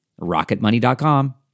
Rocketmoney.com